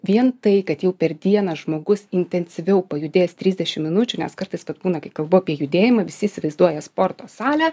vien tai kad jau per dieną žmogus intensyviau pajudės trisdešim minučių nes kartais kad būną kai kalbu apie judėjimą visi įsivaizduoja sporto salę